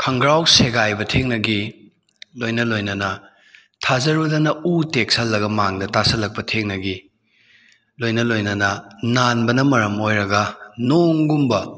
ꯈꯣꯡꯒ꯭ꯔꯥꯎ ꯁꯦꯒꯥꯏꯕ ꯊꯦꯡꯅꯈꯤ ꯂꯣꯏꯅ ꯂꯣꯏꯅꯅ ꯊꯥꯖꯔꯨꯗꯅ ꯎ ꯇꯦꯛꯁꯜꯂꯒ ꯃꯥꯡꯗ ꯇꯥꯁꯜꯂꯛꯄ ꯊꯦꯡꯅꯈꯤ ꯂꯣꯏꯅ ꯂꯣꯏꯅꯅ ꯅꯥꯟꯕꯅ ꯃꯔꯝ ꯑꯣꯏꯔꯒ ꯅꯣꯡꯒꯨꯝꯕ